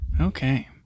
Okay